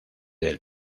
del